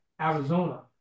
Arizona